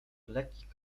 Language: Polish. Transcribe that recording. lekkich